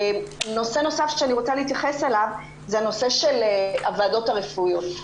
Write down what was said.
נושא נוסף שאני רוצה להתייחס אליו הוא הנושא של הוועדות הרפואיות.